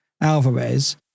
Alvarez